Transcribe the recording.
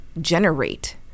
generate